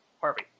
Harvey